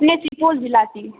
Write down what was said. سپول ضلع کی